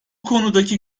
konudaki